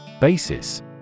Basis